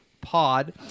Pod